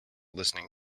listening